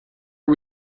are